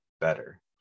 better